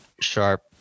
Sharp